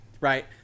right